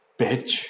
bitch